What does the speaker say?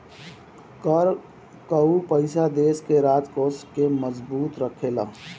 कर कअ पईसा देस के राजकोष के मजबूत रखेला